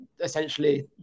essentially